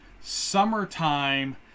summertime